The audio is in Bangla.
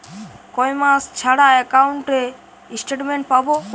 কয় মাস ছাড়া একাউন্টে স্টেটমেন্ট পাব?